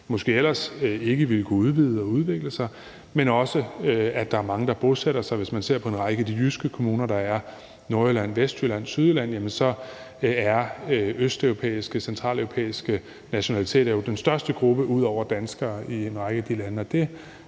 måske ellers ikke ville kunne udvide og udvikle sig, men også på den måde, at der er mange, der bosætter sig. Hvis man ser på en række af de jyske kommuner, der er i Nordjylland, Vestjylland og Sydjylland, er østeuropæiske og centraleuropæiske nationaliteter jo den største gruppe ud over danskere, og det tror jeg der